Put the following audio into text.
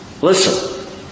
listen